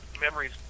Memories